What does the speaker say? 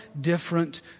different